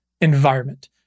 environment